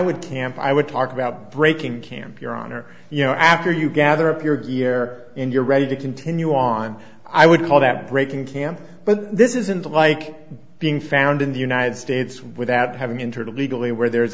would camp i would talk about breaking camp your honor you know after you gather up your year in you're ready to continue on i would call that breaking camp but this isn't like being found in the united states without having internet legally where there